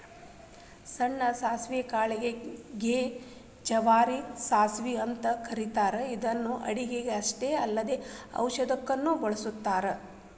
ಸಣ್ಣ ಸಾಸವಿ ಕಾಳಿಗೆ ಗೆ ಜವಾರಿ ಸಾಸವಿ ಅಂತ ಕರೇತಾರ ಇವನ್ನ ಅಡುಗಿಗೆ ಅಷ್ಟ ಅಲ್ಲದ ಔಷಧಕ್ಕಂತನು ಉಪಯೋಗಸ್ತಾರ